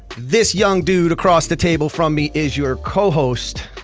this young dude across the table from me is your co-host,